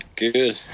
good